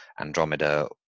Andromeda